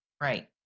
Right